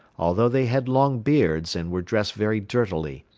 although they had long beards and were dressed very dirtily.